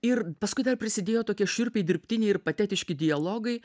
ir paskui dar prisidėjo tokie šiurpiai dirbtiniai ir patetiški dialogai